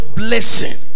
blessing